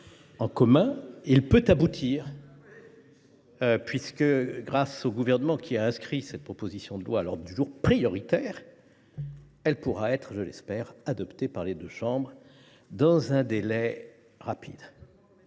en commun, celui ci peut aboutir. En effet, grâce au Gouvernement, qui a inscrit cette proposition de loi à son ordre du jour prioritaire, celle ci pourra, je l’espère, être adoptée par les deux chambres dans un délai rapide.